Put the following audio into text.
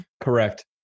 Correct